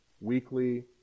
weekly